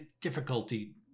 difficulty